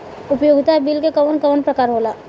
उपयोगिता बिल के कवन कवन प्रकार होला?